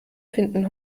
finden